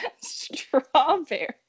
strawberry